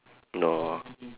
no